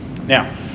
Now